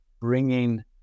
bringing